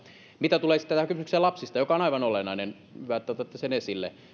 mitä tulee sitten tähän kysymykseen lapsista joka on aivan olennainen hyvä että otitte sen esille